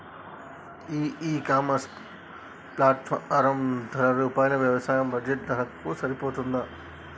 ఈ ecommerce platform ధర మా వ్యవసాయ బడ్జెట్ కు సరిపోతుందా?